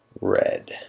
red